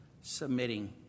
submitting